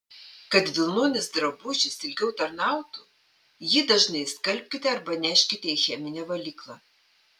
kad vilnonis drabužis ilgiau tarnautų jį dažnai skalbkite arba neškite į cheminę valyklą